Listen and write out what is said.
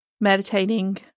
meditating